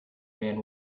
man